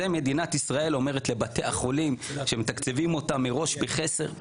את זה מדינת ישראל אומרת לבתי החולים כשמתקצבים אותם מראש בחסר,